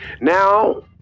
now